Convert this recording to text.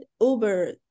Uber